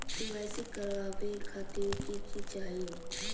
KYC करवावे खातीर कि कि चाहियो?